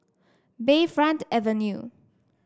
Bayfront Avenue